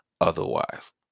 otherwise